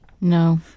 No